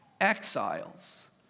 exiles